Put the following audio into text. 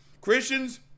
christians